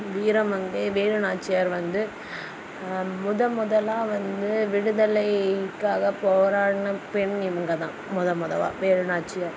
வீரமங்கை வேலுநாச்சியார் வந்து முத முதலாக வந்து விடுதலைக்காக போராடின பெண் இவங்கதான் முத முதவா வேலுநாச்சியார்